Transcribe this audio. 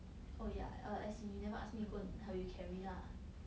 oh yeah err as in you never ask me go and help you carry lah